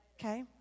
okay